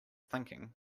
thinking